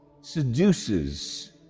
seduces